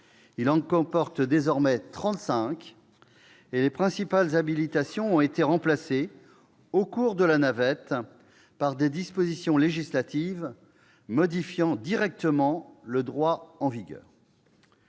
il en compte désormais trente-cinq, et les principales habilitations ont été remplacées, au cours de la navette, par des dispositions législatives modifiant directement le droit en vigueur.